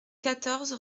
quatorze